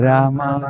Rama